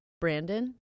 Brandon